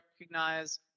recognize